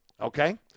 okay